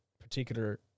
particular